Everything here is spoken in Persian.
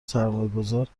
سرمایهگذارها